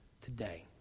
today